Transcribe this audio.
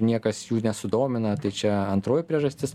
niekas jų nesudomina tai čia antroji priežastis